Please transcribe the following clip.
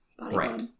Right